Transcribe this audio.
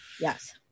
yes